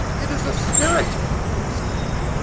it is a spirit, they exclaimed,